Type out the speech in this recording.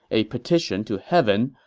a petition to heaven,